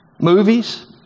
Movies